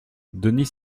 denis